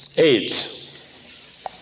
AIDS